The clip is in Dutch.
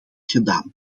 gedaan